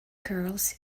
curls